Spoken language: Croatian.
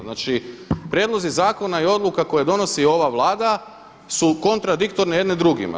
Znači, prijedlozi zakona i odluka koje donosi ova Vlada su kontradiktorne jedne drugima.